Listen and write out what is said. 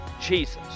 Jesus